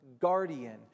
guardian